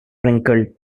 wrinkled